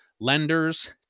lenders